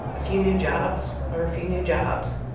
a few new jobs are a few new jobs.